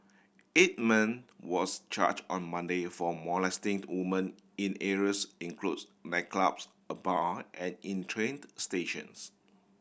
eight men was charge on Monday for molesting the women in areas includes nightclubs a bar on and in trained stations